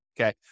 okay